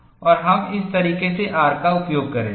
और हम इस तरीके से R का उपयोग करेंगे